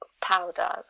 powder